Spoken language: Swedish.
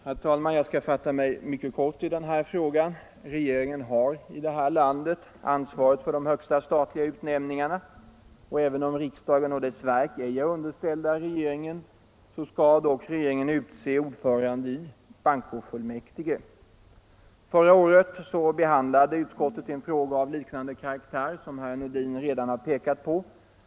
Herr talman! Jag skall fatta mig mycket kort i den här frågan. Regeringen har i vårt land ansvaret för de högsta statliga utnämningarna. Och även om riksdagen och dess verk ej är underställda regeringen så skall dock regeringen utse ordförande i bankofullmäktige. Förra året behandlade utskottet en fråga av liknande karaktär, som herr Nordin redan pekat på.